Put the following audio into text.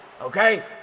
okay